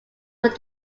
were